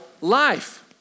life